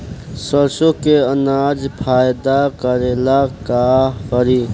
सरसो के अनाज फायदा करेला का करी?